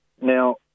Now